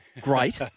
Great